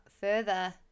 further